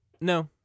No